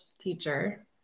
teacher